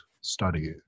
study